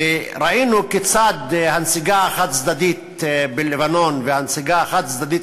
וראינו כיצד הנסיגה החד-צדדית בלבנון והנסיגה החד-צדדית